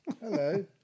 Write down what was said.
Hello